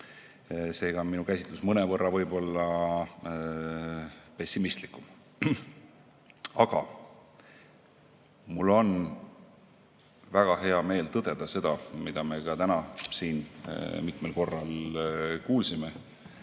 Seega on minu käsitlus mõnevõrra võib-olla pessimistlikum. Aga mul on väga hea meel tõdeda seda, mida me ka täna siin mitmel korral kuulsime